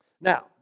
Now